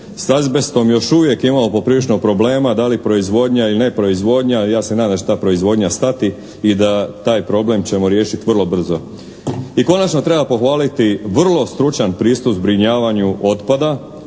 S azbestom još uvijek imamo poprilično problema, da li proizvodnja ili ne proizvodnja, ja se nadam da će ta proizvodnja stati i da taj problem ćemo riješiti vrlo brzo. I konačno treba pohvaliti vrlo stručan pristup zbrinjavanju otpada